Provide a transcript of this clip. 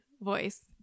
voice